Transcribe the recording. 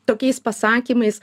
tokiais pasakymais